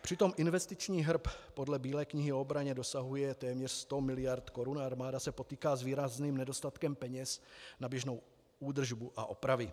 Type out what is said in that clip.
Přitom investiční hrb podle Bílé knihy o obraně dosahuje téměř 100 mld. korun a armáda se potýká s výrazným nedostatkem peněz na běžnou údržbu a opravy.